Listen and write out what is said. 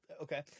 Okay